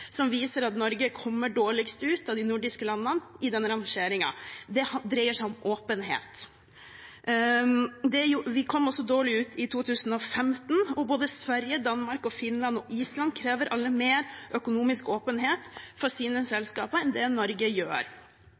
som viser at Norge kommer dårligst ut av de nordiske landene i den rangeringen. Det dreier seg om åpenhet. Vi kom også dårlig ut i 2015, og både Sverige, Danmark, Finland og Island krever alle mer økonomisk åpenhet fra sine selskaper enn det Norge gjør.